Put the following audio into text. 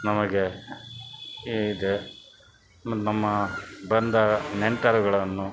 ನಮಗೆ ಇದೆ ನಮ್ಮ ಬಂದ ನೆಂಟರುಗಳನ್ನು